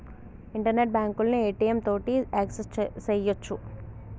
internet బాంకులను ATM తోటి access సెయ్యొచ్చు